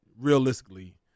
realistically